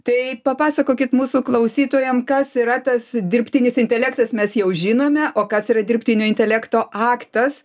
tai papasakokit mūsų klausytojam kas yra tas dirbtinis intelektas mes jau žinome o kas yra dirbtinio intelekto aktas